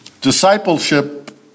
Discipleship